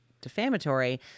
defamatory